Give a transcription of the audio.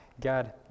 God